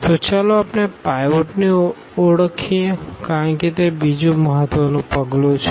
તો ચાલો આપણે પાઈવોટને ઓળખીએ કારણ કે તે બીજું મહત્વનું પગલું છે